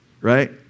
right